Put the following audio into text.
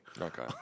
Okay